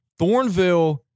Thornville